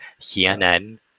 CNN